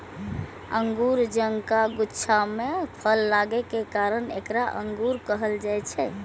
अंगूर जकां गुच्छा मे फल लागै के कारण एकरा अंगूरफल कहल जाइ छै